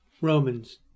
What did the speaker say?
Romans